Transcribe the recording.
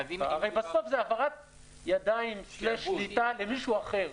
בסוף זה העברת ידיים סלש שליטה למישהו אחר.